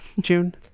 June